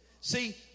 See